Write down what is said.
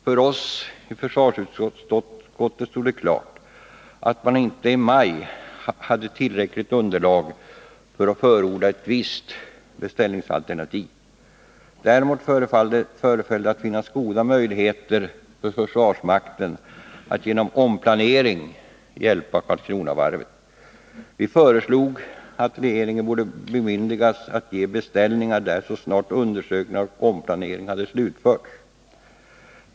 För oss i försvarsutskottet stod det klart att man inte i maj hade tillräckligt underlag för att förorda ett visst beställningsalternativ. Däremot föreföll det finnas goda möjligheter för försvarsmakten att genom omplanering hjälpa Karlskronavarvet. Vi föreslog att regeringen borde bemyndigas att medge beställningar där, så snart undersökningar och omplanering hade slutförts.